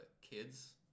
kids